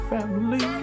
Family